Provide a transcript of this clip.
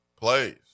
plays